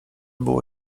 było